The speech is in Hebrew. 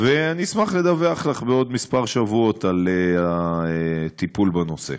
ואשמח לדווח לך בעוד כמה שבועות על הטיפול בנושא.